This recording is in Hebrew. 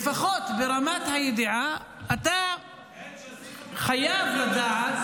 אתה חייב לדעת